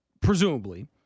presumably